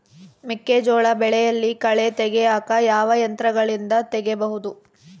ಮೆಕ್ಕೆಜೋಳ ಬೆಳೆಯಲ್ಲಿ ಕಳೆ ತೆಗಿಯಾಕ ಯಾವ ಯಂತ್ರಗಳಿಂದ ತೆಗಿಬಹುದು?